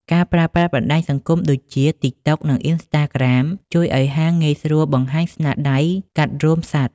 ការប្រើប្រាស់បណ្ដាញសង្គមដូចជា TikTok និង Instagram ជួយឱ្យហាងងាយស្រួលបង្ហាញស្នាដៃកាត់រោមសត្វ។